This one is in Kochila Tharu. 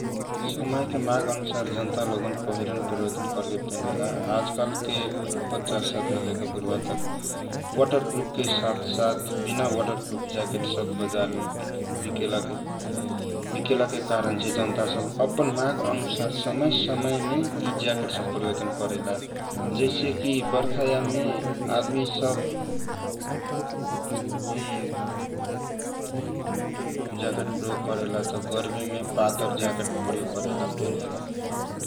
समय के माग अनुसार जनता लोगन पहिरन परिवर्तन करके पेनेला आजकाल के बाचा सबछे लेकर बुरवा तक वाटर प्रुफ के साथ साथ विना वाटर प्रुफ ज्याकेट सब बाजार मे विकला के कारण छे जानाता सब अपन माग अनुसार समय समय मे यि जयाकेट सब प्रयोग करेला जैसे की बर्खा याम मे आदमी सब वाटरप्रुफ प्रयोग करेला त गर्मी मे पातल ज्याकेट प्रयोग करेला ।